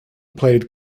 played